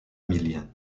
millien